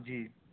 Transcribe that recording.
جی